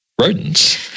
Rodents